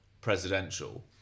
presidential